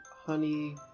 Honey